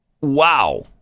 Wow